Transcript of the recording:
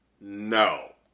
No